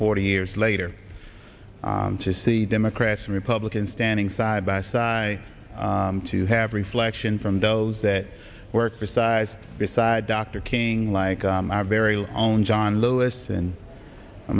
forty years later to see democrats and republicans standing side by side to have reflection from those that work for size beside dr king like our very own john lewis and a